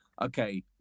okay